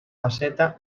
faceta